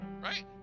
Right